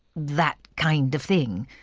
that kind of thing.